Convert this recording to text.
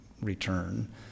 return